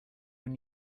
when